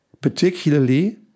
particularly